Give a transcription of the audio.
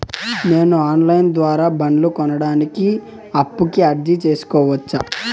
నేను online ద్వారా బండ్లు కొనడానికి అప్పుకి అర్జీ సేసుకోవచ్చా?